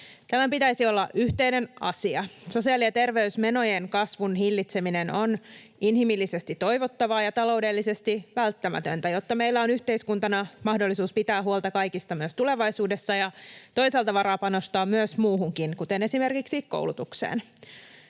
Tämän pitäisi olla yhteinen asia. Sosiaali- ja terveysmenojen kasvun hillitseminen on inhimillisesti toivottavaa ja taloudellisesti välttämätöntä, jotta meillä on yhteiskuntana mahdollisuus pitää huolta kaikista myös tulevaisuudessa ja toisaalta varaa panostaa muuhunkin, kuten esimerkiksi koulutukseen.